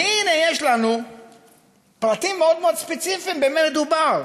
והנה, יש לנו פרטים מאוד מאוד ספציפיים במה מדובר,